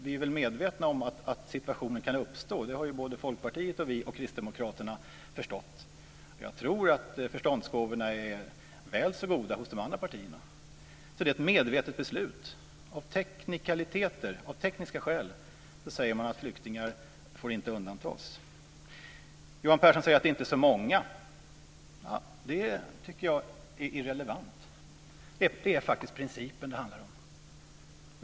Vi är väl medvetna om att situationen kan uppstå. Det har Folkpartiet, vi och Kristdemokraterna förstått. Jag tror att förståndsgåvorna är väl så goda hos de andra partierna. Så det är ett medvetet beslut. Av tekniska skäl säger man att flyktingar inte får undantas. Johan Pehrson säger att det inte är så många. Det tycker jag är irrelevant. Det är principen det handlar om.